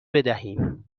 بدهیم